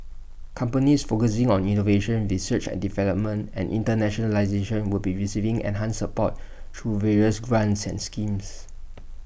companies focusing on innovation research and development and internationalisation will be receiving enhanced support through various grants and schemes